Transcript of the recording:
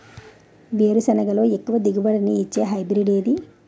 వేరుసెనగ లో ఎక్కువ దిగుబడి నీ ఇచ్చే హైబ్రిడ్ ఏది?